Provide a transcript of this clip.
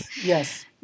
Yes